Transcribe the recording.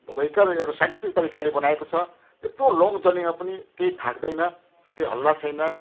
भयङ्कर एउटा साइन्टिफिक तरिकाले बनाएको छ त्यत्रो लङ जर्नीमा पनि केही थाक्दैन केही हल्ला छैन